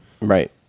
Right